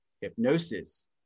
hypnosis